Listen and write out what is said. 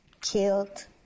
killed